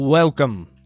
Welcome